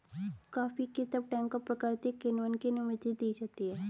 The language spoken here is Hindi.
कॉफी को तब टैंकों प्राकृतिक किण्वन की अनुमति दी जाती है